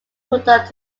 product